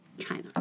China